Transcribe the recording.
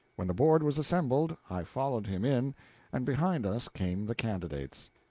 when the board was assembled, i followed him in and behind us came the candidates.